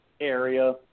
area